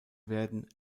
werden